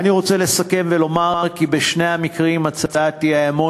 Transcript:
אני רוצה לסכם ולומר כי בשני המקרים הצעת האי-אמון